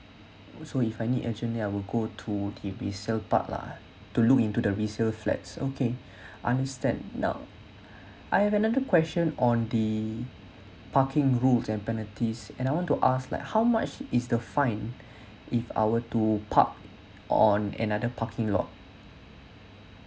so if I need urgent then I will go to the resale part lah to look into the resale flats okay understand now I have another question on the parking rules and penalties and I want to ask like how much is the fine if our to park on another parking lot